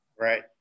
right